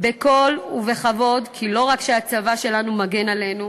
בקול ובכבוד כי לא רק שהצבא שלנו מגן עלינו,